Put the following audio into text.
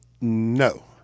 No